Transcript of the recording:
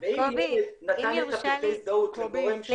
אם ילד נתן את פרטי ההזדהות לגורם שלישי